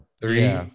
Three